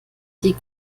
die